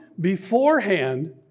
beforehand